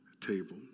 table